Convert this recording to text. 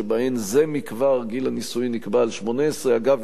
שבהן זה מכבר גיל הנישואים נקבע על 18. אגב,